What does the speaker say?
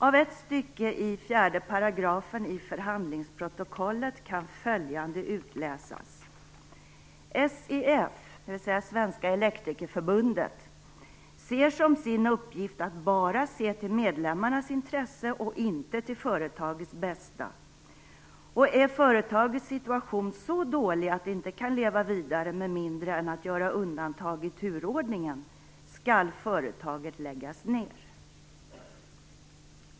Av ett stycke i 4 § i förhandlingsprotokollet kan följande utläsas: "SEF" - dvs. Svenska elektrikerförbundet - "ser som sin uppgift att bara se till medlemmarnas intresse och inte till företagets bästa, och är företagets situation så dålig att det inte kan leva vidare med mindre än att göra undantag i turordningen skall företaget läggas ned."